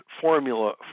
formula